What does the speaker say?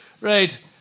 Right